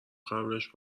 قبلش